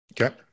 okay